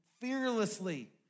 fearlessly